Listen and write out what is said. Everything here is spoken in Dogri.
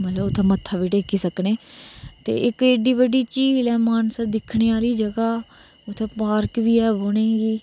मतलब उत्थै मत्था बी टेकी सकने ते इक एहडी बड्डी झील ऐ मानसर तक्कने आह्ली जगह ऐ उत्थै पार्क बी ऐ बौहने गी